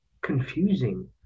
confusing